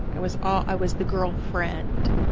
i was ah i was the girl friend.